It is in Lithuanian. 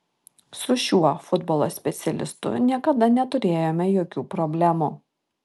su šiuo futbolo specialistu niekada neturėjome jokių problemų